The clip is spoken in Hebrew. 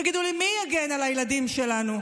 תגידו לי, מי יגן על הילדים שלנו?